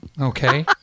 Okay